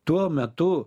tuo metu